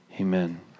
amen